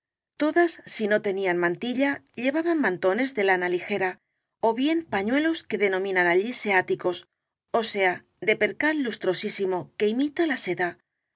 todas si no tenían mantilla llevaban mantones de lana ligera ó bien pañuelos que denominan allíséwticos ó sea de percal lustrosísimo que imita la se